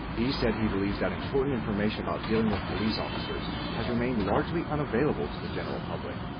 he said he believes that important information about dealing with police officers has remained largely unavailable to the general public,